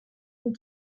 une